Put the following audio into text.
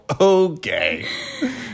okay